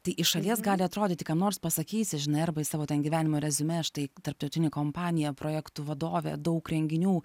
tai iš šalies gali atrodyti kam nors pasakysi žinai arba į savo ten gyvenimo reziume štai tarptautinė kompanija projektų vadovė daug renginių